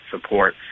support